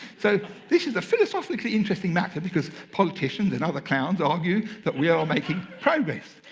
so this is a philosophically interesting matter, because politicians and other clowns argue that we are making progress.